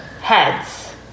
heads